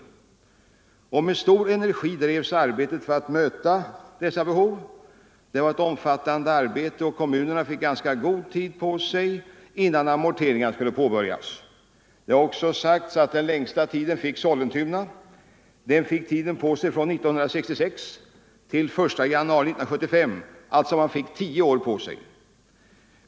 Med stor energi drevs arbetet för att möta dessa behov. Det var ett omfattande arbete, och kommunerna fick ganska god tid på sig innan amorteringarna skulle påbörjas. Det har också sagts här att Sollentuna fick den längsta tiden — från 1966 till den 1 januari 1975. Man fick alltså tio år på sig.